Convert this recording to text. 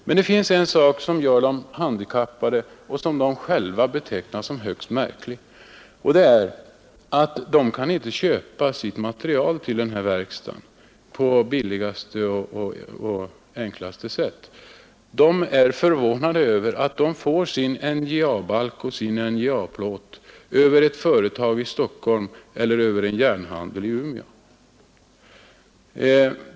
Men det är en sak som gör dem handikappade och som de själva betecknar som högst märklig: De kan inte köpa det material de behöver på billigaste och enklaste sätt. De är förvånade över att de får sin NJA-balk och sin NJA-plåt från ett företag i Stockholm eller en järnhandel i Umeå.